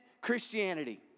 Christianity